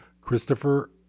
Christopher